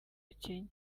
kenya